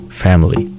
family